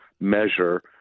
measure